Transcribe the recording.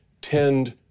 tend